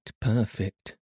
perfect